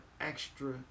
Extra